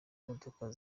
imodoka